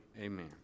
amen